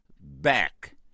back